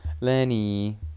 lenny